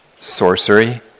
sorcery